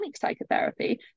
psychotherapy